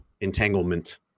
entanglement